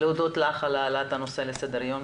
על העלאת הנושא לסדר היום.